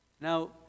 Now